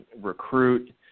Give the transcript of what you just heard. recruit